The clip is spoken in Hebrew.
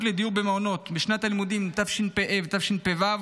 לדיור במעונות משנת הלימודים תשפ"ה ותשפ"ו,